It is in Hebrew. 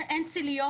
אין ציליות,